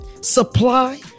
supply